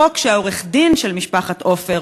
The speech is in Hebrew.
חוק שעורך-הדין של משפחת עופר,